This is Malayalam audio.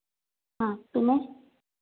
ആ പിന്നെ